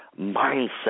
mindset